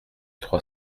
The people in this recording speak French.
trois